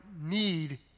need